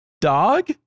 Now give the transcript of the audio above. dog